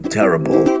terrible